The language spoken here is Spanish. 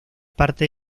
parte